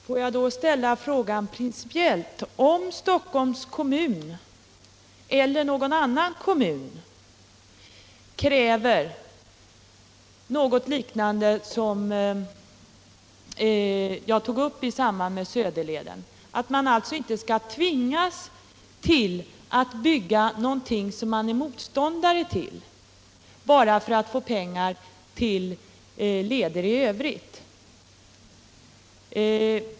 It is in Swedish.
Herr talman! Låt mig då ställa frågan principiellt. Skall Stockholms kommun eller någon annan kommun alltså inte tvingas bygga någonting som man är motståndare till bara för att få pengar till leder i övrigt?